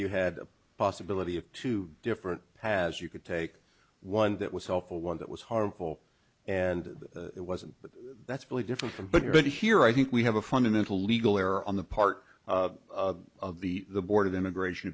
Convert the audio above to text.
you had a possibility of two different has you could take one that was helpful one that was harmful and it wasn't but that's really different from but here i think we have a fundamental legal error on the part of the the board of immigration